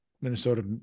Minnesota